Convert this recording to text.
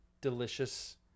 delicious